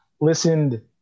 listened